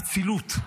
אצילות.